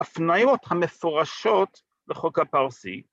‫הפניות המפורשות בחוק הפרסי.